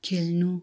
खेल्नु